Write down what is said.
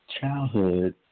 childhood